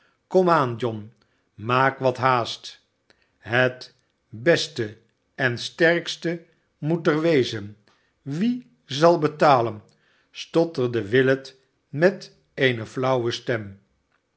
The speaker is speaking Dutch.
aan john maak wat haast het beste en sterkste moet er wezen wie zal betalen stotterde willet met eene nauwe stem